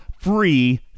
free